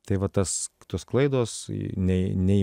tai va tas tos klaidos nei nei